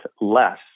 less